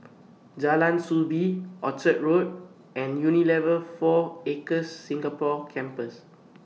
Jalan Soo Bee Orchard Road and Unilever four Acres Singapore Campus